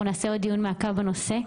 אנחנו נקיים עוד דיון מעקב בנושא,